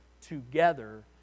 together